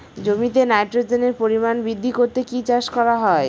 জমিতে নাইট্রোজেনের পরিমাণ বৃদ্ধি করতে কি চাষ করা হয়?